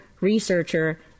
researcher